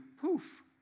poof